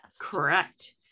correct